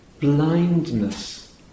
blindness